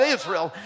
Israel